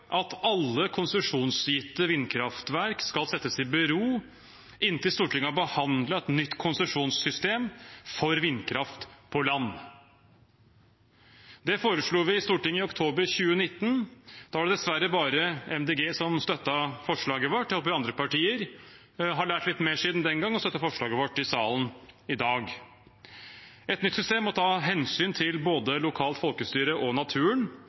at alle konsesjonsgitte vindkraftverk skal stilles i bero inntil Stortinget har behandlet et nytt konsesjonssystem for vindkraft på land. Det foreslo vi i Stortinget i oktober 2019. Da var det dessverre bare Miljøpartiet De Grønne som støttet forslaget vårt. Jeg håper andre partier har lært litt mer siden den gang og støtter forslaget vårt i salen i dag. Et nytt system må ta hensyn til både lokalt folkestyre og naturen.